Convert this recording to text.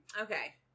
Okay